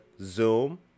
zoom